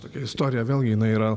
tokia istorija vėlgi yra